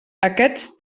aquests